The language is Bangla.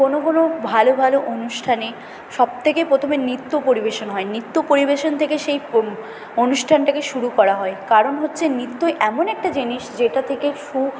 কোনো কোনো ভালো ভালো অনুষ্ঠানে সবথেকে প্রথমে নৃত্য পরিবেশন হয় নৃত্য পরিবেশন থেকে সেই অনুষ্ঠানটাকে শুরু করা হয় কারণ হচ্ছে নৃত্য এমন একটা জিনিস যেটা থেকে সুখ